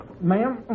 Ma'am